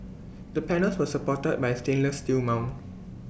the panels were supported by A stainless steel mount